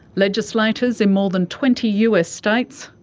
legislators in more than twenty us states,